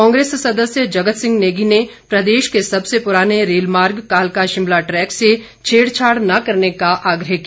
कांग्रेस सदस्य जगत सिंह नेगी ने प्रदेश के सबसे पुराने रेलमार्ग कालका शिमला ट्रेक से छेड़छाड़ न करने का आग्रह किया